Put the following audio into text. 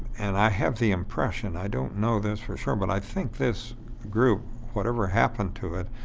and i have the impression i don't know this for sure, but i think this group, whatever happened to it,